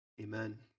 Amen